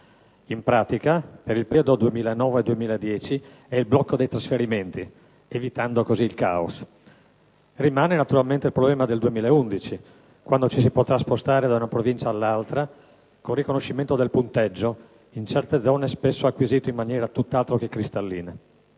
(in pratica, per il periodo 2009-2010 è il blocco dei trasferimenti), evitando così il caos. Rimane naturalmente il problema del 2011, quando ci si potrà spostare da una provincia all'altra col riconoscimento del punteggio, in certe zone spesso acquisito in maniera tutt'altro che cristallina.